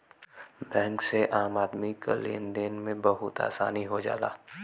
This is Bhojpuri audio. बैंक से आम आदमी क लेन देन में बहुत आसानी हो जाला